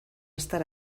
estar